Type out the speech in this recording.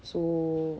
so